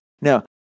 Now